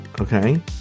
okay